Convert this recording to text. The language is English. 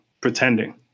pretending